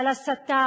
על הסתה,